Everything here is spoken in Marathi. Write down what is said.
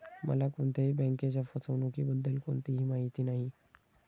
मला कोणत्याही बँकेच्या फसवणुकीबद्दल कोणतीही माहिती नाही